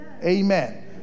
amen